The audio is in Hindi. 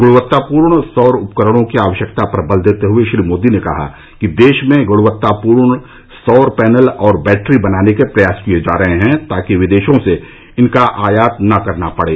गुणवत्तापूर्ण सौर उपकरणों की आवश्यकता पर बल देते हुए श्री मोदी ने कहा कि देश में गुणवत्तापूर्ण सौर पैनल और बैट्री बनाने के प्रयास किए जा रहे हैं ताकि विदेशों से इसका आयात नहीं करना पड़े